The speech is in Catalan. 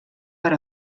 per